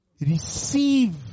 Receive